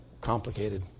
complicated